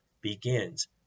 begins